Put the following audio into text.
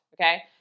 okay